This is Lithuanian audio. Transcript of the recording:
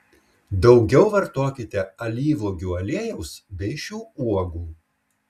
daugiau vartokite alyvuogių aliejaus bei šių uogų